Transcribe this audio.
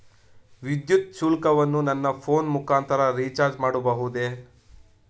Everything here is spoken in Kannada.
ವಿದ್ಯುತ್ ಶುಲ್ಕವನ್ನು ನನ್ನ ಫೋನ್ ಮುಖಾಂತರ ರಿಚಾರ್ಜ್ ಮಾಡಬಹುದೇ?